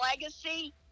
legacy